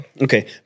Okay